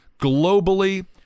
globally